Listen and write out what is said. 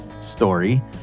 story